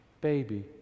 baby